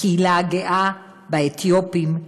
בקהילה הגאה, באתיופים,